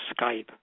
Skype